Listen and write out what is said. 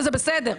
וזה בסדר.